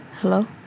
Hello